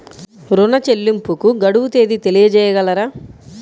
ఋణ చెల్లింపుకు గడువు తేదీ తెలియచేయగలరా?